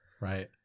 Right